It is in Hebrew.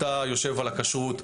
אתה יושב על הכשרות,